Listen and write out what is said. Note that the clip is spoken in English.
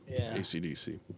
ACDC